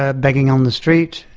ah begging on the street,